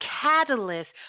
catalyst